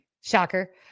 shocker